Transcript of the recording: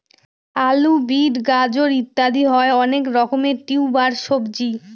আলু, বিট, গাজর ইত্যাদি হয় অনেক রকমের টিউবার সবজি